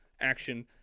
action